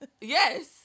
Yes